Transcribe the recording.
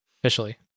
officially